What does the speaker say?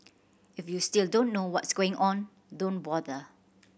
if you still don't know what's going on don't bother